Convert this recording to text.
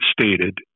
stated